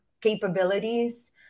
capabilities